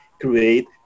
create